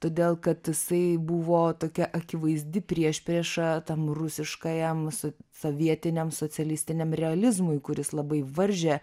todėl kad jisai buvo tokia akivaizdi priešprieša tam rusiškajam su sovietiniam socialistiniam realizmui kuris labai varžė